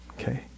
okay